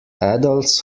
adults